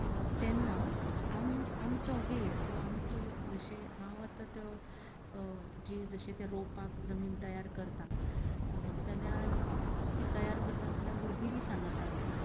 तेन्ना आमचो वेळ हो आमचो जशे हांव आतां जी जशे ते रोवपाक जमीन तयार करता जाल्यार ती तयार करता तेन्ना भुरगीं बी सांगाता आसता